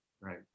Right